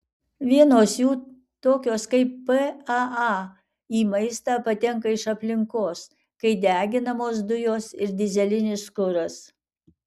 vienos jų tokios kaip paa į maistą patenka iš aplinkos kai deginamos dujos ir dyzelinis kuras